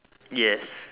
yes